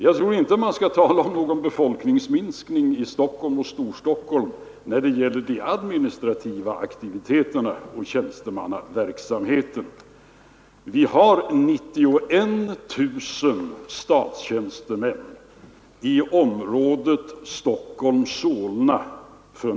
Jag tror inte man skall tala om någon befolkningsminskning i Stockholm och Storstockholm när det gäller de administrativa aktiviteterna och tjänstemannaverksamheten. Vi har för närvarande 91 000 statstjänstemän i området Stockholm—Solna.